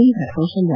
ಕೇಂದ್ರ ಕೌಶಲ್ಯ